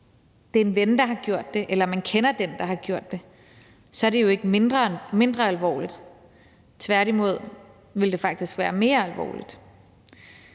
det er en ven, der har gjort det, eller man kender den, der har gjort det, er det jo ikke mindre alvorligt – tværtimod ville det faktisk være mere alvorligt.